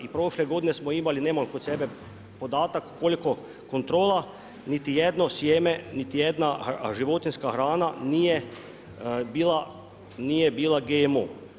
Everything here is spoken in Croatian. I prošle godine smo imali, nemam kod sebe podatak koliko kontrola, niti jedno sjeme, niti jedna životinjska hrana nije bila GMO.